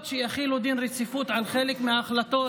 יחילו דין רציפות על חלק מההחלטות,